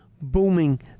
booming